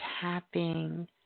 tapping